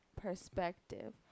Perspective